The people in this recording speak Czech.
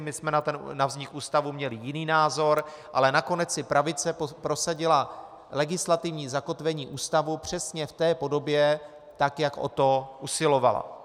My jsme na vznik ústavu měli jiný názor, ale nakonec si pravice prosadila legislativní zakotvení ústavu přesně v té podobě, tak jak o to usilovala.